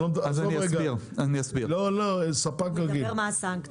מה הסנקציה?